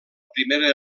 primera